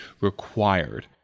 required